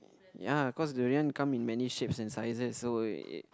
ya cause durian come in many shapes and sizes so it it